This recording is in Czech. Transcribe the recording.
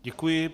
Děkuji.